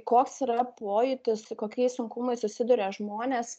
koks yra pojūtis su kokiais sunkumais susiduria žmonės